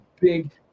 big